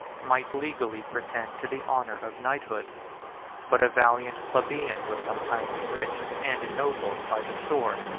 might legally pretend to the honor of knighthood but a valiant plebeian was sometimes enriched and ennobled by the sword,